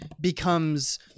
becomes